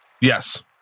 Yes